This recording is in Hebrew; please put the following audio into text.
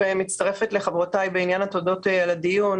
אני מצטרפת לחברותיי בעניין התודות על הדיון,